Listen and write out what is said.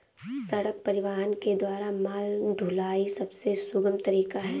सड़क परिवहन के द्वारा माल ढुलाई सबसे सुगम तरीका है